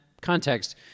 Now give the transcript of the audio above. context